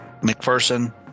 McPherson